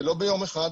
ולא ביום אחד,